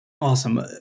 Awesome